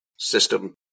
system